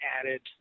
added